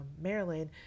Maryland